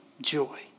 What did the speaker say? joy